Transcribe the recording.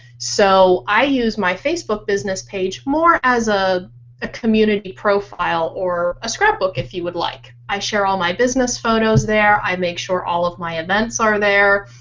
so i use my facebook business page more as a ah community profile or ah scrapbook if you would like. i share all my business photos there. i make sure all of my events are there,